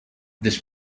this